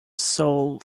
sole